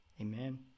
Amen